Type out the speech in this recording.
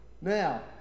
Now